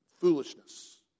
Foolishness